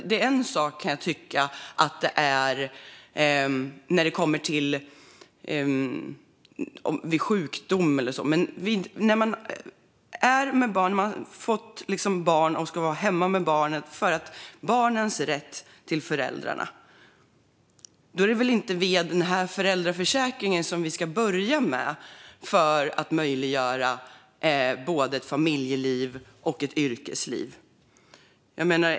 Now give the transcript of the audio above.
Det är en sak när det kommer till sjukdom eller liknande, men när man har fått barn och ska vara hemma med dem är det för att barn har rätt till sina föräldrar. Det är inte via föräldraförsäkringen vi ska börja med att möjliggöra både familjeliv och yrkesliv.